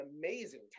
amazing